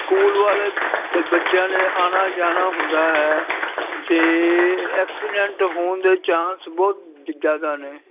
school ਵਾਲੇ ਬੱਚਿਆਂ ਨੇ ਆਉਣਾ ਜਾਣਾ ਹੁੰਦਾ ਹੈ ਅਤੇ ਐਕਸੀਡੈਂਟ ਹੋਣ ਦੇ ਚਾਂਸ ਬਹੁਤ ਜ਼ਿਆਦਾ ਨੇ